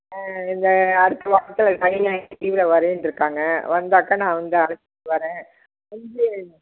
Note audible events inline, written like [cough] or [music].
ஆ இந்த அடுத்த வாரத்தில் சனி ஞாயிறு லீவ்வில் வரேன்றுக்காங்க வந்தாக்க நான் வந்து அழைச்சிட்டு வர்றேன் [unintelligible]